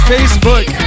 Facebook